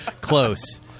close